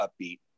upbeat